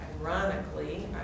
Ironically